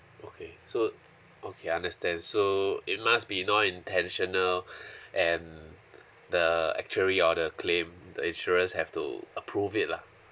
okay so okay understand so it must be not intentional and the actuary or the claim the insurance have to approve it lah